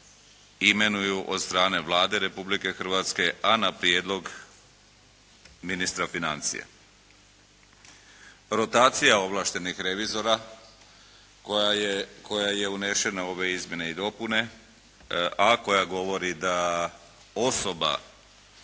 imenuju od strane Vlade Republike Hrvatske a na prijedlog ministra financija. Rotacija ovlaštenih revizora koja je unesena u ove izmjene i dopune a koja govori da osoba